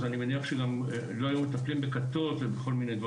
אני מניח שלא היו מטפלים בכל מיני כתות ודברים